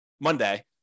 monday